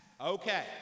Okay